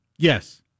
Yes